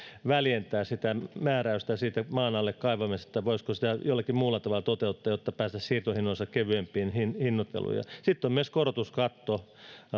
väljentää sitä määräystä siitä maan alle kaivamisesta voisiko sitä jollakin muulla tavalla toteuttaa jotta päästäisiin siirtohinnoissa kevyempiin hinnoitteluihin sitten on myös korotuskatto